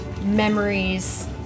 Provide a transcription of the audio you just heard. memories